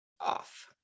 off